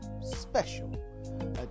special